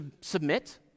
submit